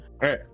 hey